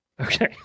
Okay